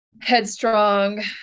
headstrong